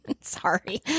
Sorry